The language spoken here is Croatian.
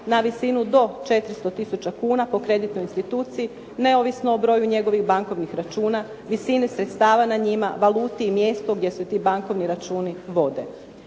na visinu do 400 tisuća kuna po kreditnoj instituciji neovisno o broju njegovih bankovnih računa, visini sredstava na njima, valuti i mjestu gdje se ti bankovni računi vode.